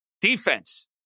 Defense